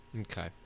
Okay